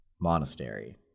monastery